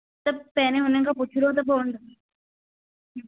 त पहिरियों उन्हनि खां पुछिणो त पवंदो न